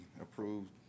approved